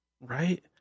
right